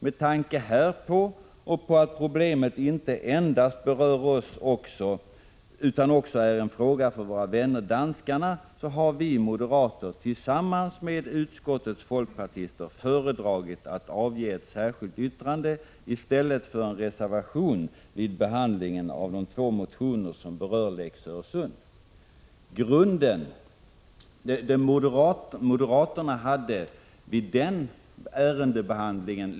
Med tanke härpå och på att problemet inte enbart berör oss utan också är en fråga för våra vänner danskarna har vi Grunden för moderaterna vid den ärendebehandlingen var en moderat motion i ämnet.